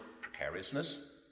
precariousness